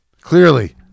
clearly